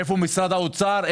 איפה בנק ישראל?